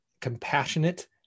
compassionate